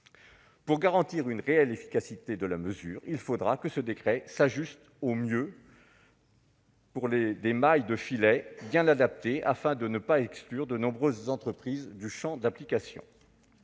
Pour garantir une réelle efficacité de la mesure, il faudra que le décret ajuste au mieux les mailles du filet, afin de ne pas exclure de nombreuses entreprises du champ d'application